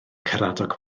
caradog